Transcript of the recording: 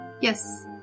yes